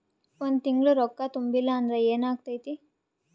ಒಂದ ತಿಂಗಳ ರೊಕ್ಕ ತುಂಬಿಲ್ಲ ಅಂದ್ರ ಎನಾಗತೈತ್ರಿ?